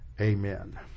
amen